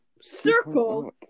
Circle